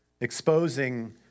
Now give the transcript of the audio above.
exposing